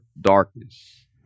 darkness